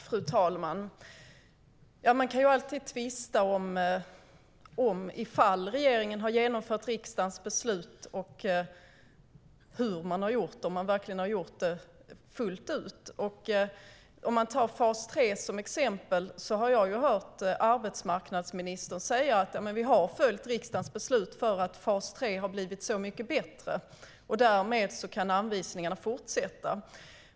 Fru talman! Man kan alltid tvista om ifall regeringen har genomfört riksdagens beslut, hur man har gjort det och om man verkligen har gjort det fullt ut. För att ta fas 3 som exempel har jag hört arbetsmarknadsministern säga: Vi har följt riksdagens beslut, för fas 3 har blivit så mycket bättre. Därmed kan anvisningarna fortsätta.